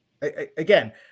Again